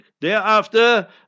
Thereafter